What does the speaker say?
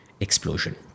explosion